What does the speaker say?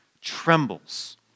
trembles